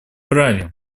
правил